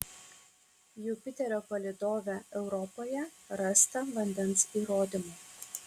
jupiterio palydove europoje rasta vandens įrodymų